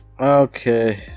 Okay